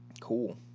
Cool